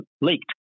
leaked